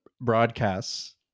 broadcasts